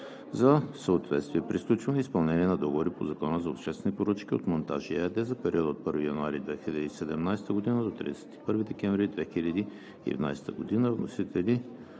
за съответствие при сключването и изпълнението на договори по Закона за обществените поръчки от „Монтажи“ ЕАД за периода от 1 януари 2017 г. до 31 декември 2020 г.,